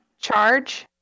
charge